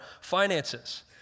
finances